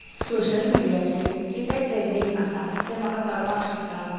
social मिडियाचेर कितें trending आसा तें म्हाका कळपाक शकता